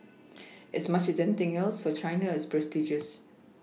as much as anything else for China it's prestigious